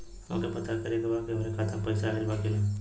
हमके पता करे के बा कि हमरे खाता में पैसा ऑइल बा कि ना?